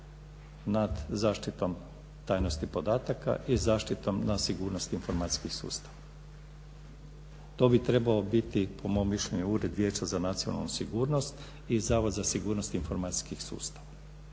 nad zaštitom tajnosti podataka i zaštitom na sigurnost informacijskih sustava. To bi trebao biti po mom mišljenju Ured vijeća za nacionalnu sigurnost i Zavod za sigurnost informacijskih sustava.